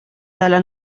dalla